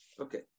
Okay